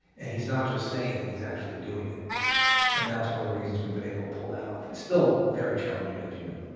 and he's not just saying it, he's actually doing it and that's one of the reasons we've been able to pull that off. it's still very challenging as you know.